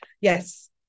Yes